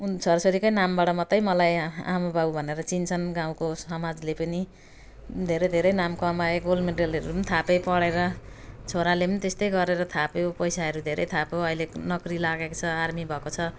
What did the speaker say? उनै छोराछोरीकै नामबाट मात्रै मलाई आमाबाउ भनेर चिन्छन् गाउँको समाजले पनि धेरै धेरै नाम कमाए गोल्ड मेडलहरू नि थापे पढेर छोराले पनि त्यस्तै गरेर थाप्यो पैसाहरू धेरै थाप्यो अहिले नोकरी लागेको छ आर्मी भएको छ